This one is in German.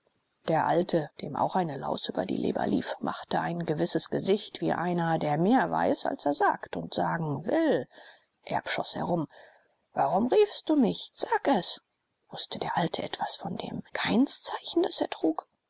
der alte dem auch eine laus über die leber lief machte ein gewisses gesicht wie einer der mehr weiß als er sagt und sagen will erb schoß herum warum riefst du mich sag es wußte der alte etwas von dem kainszeichen das er trug